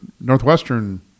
Northwestern